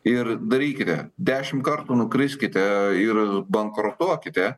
ir darykite dešimt kartų nukriskite ir bankrutuokite